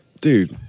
dude